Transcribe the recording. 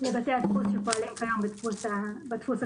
בבתי הדפוס שקיימים בדפוס הכמותי.